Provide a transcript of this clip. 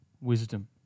wisdom